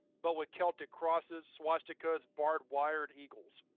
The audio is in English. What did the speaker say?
but with celtic crosses, swastikas, barbed wire, and eagles,